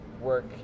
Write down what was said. work